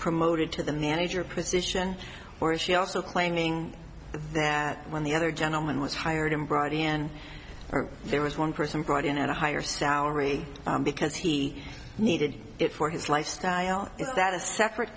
promoted to the manager position or is she also claiming that when the other gentleman was hired and brought in there was one person brought in at a higher salary because he needed it for his lifestyle